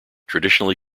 traditionally